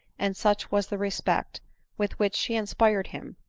and such was the respect with which she inspired him,